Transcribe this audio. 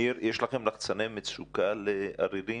יש לכם לחצני מצוקה לעריריים?